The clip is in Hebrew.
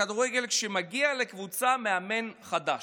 כשמגיע לקבוצה מאמן חדש?